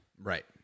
Right